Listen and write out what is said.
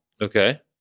Okay